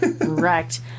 Correct